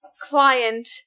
client